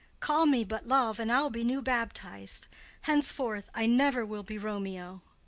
call me but love, and i'll be new baptiz'd henceforth i never will be romeo.